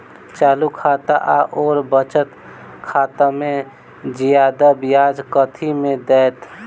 चालू खाता आओर बचत खातामे जियादा ब्याज कथी मे दैत?